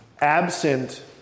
absent